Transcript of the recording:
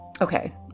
Okay